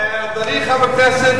אדוני חבר הכנסת,